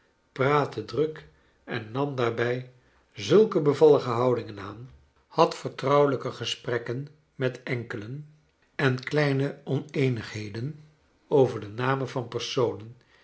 praatte druk en nam daarbij zulke bevallige houdingen aan had vertrouwelijke gesprekken met enkelen en kleine oneenigheden over de namen van personen